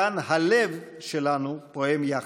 כאן הלב שלנו פועם יחד.